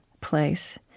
place